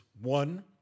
one